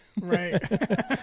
Right